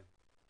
כן.